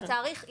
התאריך.